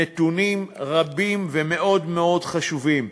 נתונים רבים ומאוד מאוד חשובים.